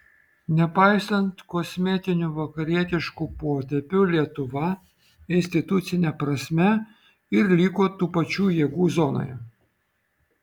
nepaisant kosmetinių vakarietiškų potėpių lietuva institucine prasme ir liko tų pačių jėgų zonoje